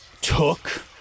took